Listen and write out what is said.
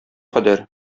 кадәр